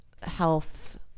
health